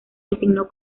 designó